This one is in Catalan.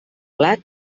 blat